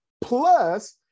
plus